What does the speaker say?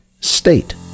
state